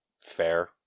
Fair